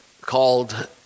called